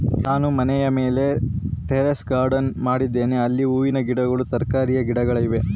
ನಾನು ಮನೆಯ ಮೇಲೆ ಟೆರೇಸ್ ಗಾರ್ಡೆನ್ ಮಾಡಿದ್ದೇನೆ, ಅಲ್ಲಿ ಹೂವಿನ ಗಿಡಗಳು, ತರಕಾರಿಯ ಗಿಡಗಳಿವೆ